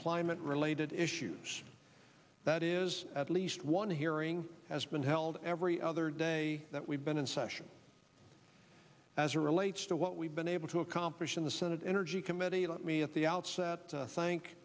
climate related issues that is at least one hearing has been held every other day that we've been in session as a relates to what we've been able to accomplish in the senate energy committee let me at the outset